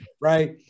right